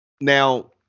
Now